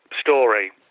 story